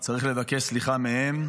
צריך לבקש סליחה מהם,